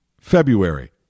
February